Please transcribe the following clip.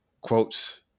quotes-